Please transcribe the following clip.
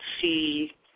see